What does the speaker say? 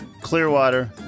Clearwater